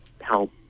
help